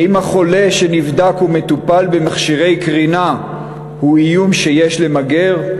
האם החולה שנבדק וטופל במכשירי קרינה הוא איום שיש למגר?